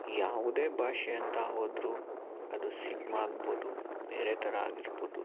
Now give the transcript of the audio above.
ಯಾವುದೇ ಭಾಷೆ ಅಂತ ಹೋದ್ರು ಅದು ಸಿನ್ಮಾ ಆಗ್ಬೊದು ಬೇರೆ ಥರ ಆಗಿರ್ಬೊದು